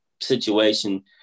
situation